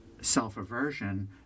self-aversion